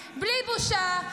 בבייס.